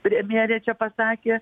premjerė čia pasakė